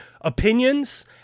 opinions